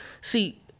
see